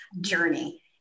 journey